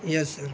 yes sir